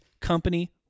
company